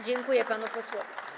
Dziękuję panu posłowi.